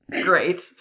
Great